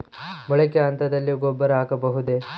ಮೊಳಕೆ ಹಂತದಲ್ಲಿ ಗೊಬ್ಬರ ಹಾಕಬಹುದೇ?